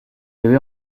avait